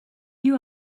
you